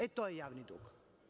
E, to je javni dug.